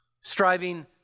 Striving